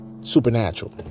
supernatural